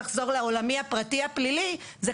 לא השבוע אבל פעם אחרת.